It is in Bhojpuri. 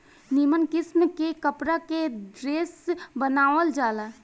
निमन किस्म के कपड़ा के ड्रेस बनावल जाला